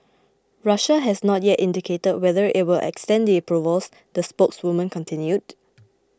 Russia has not yet indicated whether it will extend the approvals the spokeswoman continued